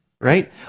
right